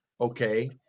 okay